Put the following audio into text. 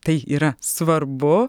tai yra svarbu